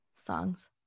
songs